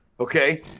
Okay